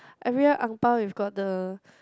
every year Ang Bao if got the